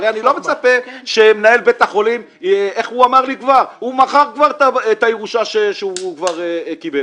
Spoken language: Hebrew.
הרי אני לא מצפה שמנהל בית החולים ימכור את הירושה שהוא קיבל.